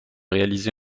réalisé